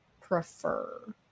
prefer